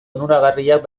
onuragarriak